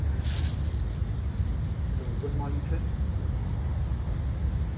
hello good morning sir